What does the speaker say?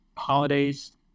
holidays